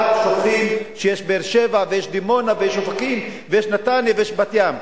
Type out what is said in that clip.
אבל שוכחים שיש באר-שבע ויש דימונה ויש אופקים ויש נתניה ויש בת-ים.